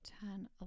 ten